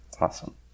Awesome